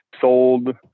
sold